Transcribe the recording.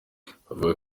bakavuga